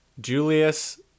Julius